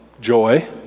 joy